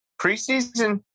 preseason